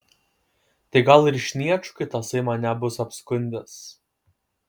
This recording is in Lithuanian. tai gal ir sniečkui tasai mane bus apskundęs